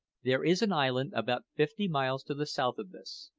there is an island about fifty miles to the south of this,